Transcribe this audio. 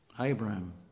Abraham